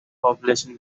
population